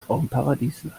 traumparadisland